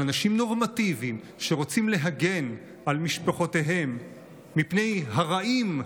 על אנשים נורמטיביים שרוצים להגן על משפחותיהם מפני הרעים,